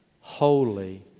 holy